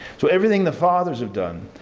so, everything the fathers have done,